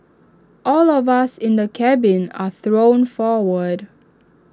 all of us in the cabin are thrown forward